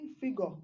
figure